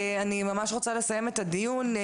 אני ממש רוצה לסיים את הדיון.